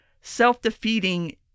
self-defeating